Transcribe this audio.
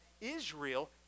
Israel